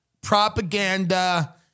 propaganda